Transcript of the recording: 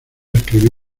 escribir